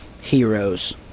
heroes